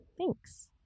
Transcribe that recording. Thanks